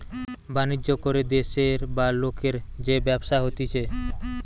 বাণিজ্য করে দেশের বা লোকের যে ব্যবসা হতিছে